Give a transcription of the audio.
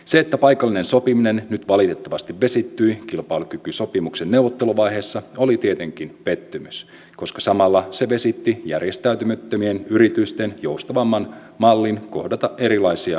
se että paikallinen sopiminen nyt valitettavasti vesittyi kilpailukykysopimuksen neuvotteluvaiheessa oli tietenkin pettymys koska samalla se vesitti järjestäytymättömien yritysten joustavamman mallin kohdata erilaisia suhdannekarikkoja